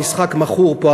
המשחק מכור פה,